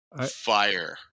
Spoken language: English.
fire